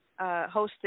hosted